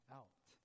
out